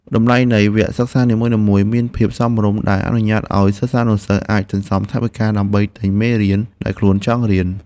តម្លៃនៃវគ្គសិក្សានីមួយៗមានភាពសមរម្យដែលអនុញ្ញាតឱ្យសិស្សានុសិស្សអាចសន្សំថវិកាដើម្បីទិញមេរៀនដែលខ្លួនចង់រៀន។